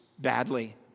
badly